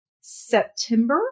September